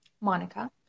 Monica